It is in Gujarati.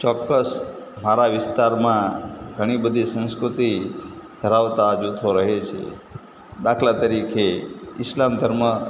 ચોક્કસ મારા વિસ્તારમાં ઘણી બધી સંસ્કૃતિ ધરાવતા જૂથો રહે છે દાખલા તરીકે ઇસ્લામ ધર્મ